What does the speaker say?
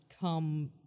come